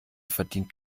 verdient